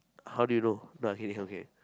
how did you know no I'm kidding I'm kidding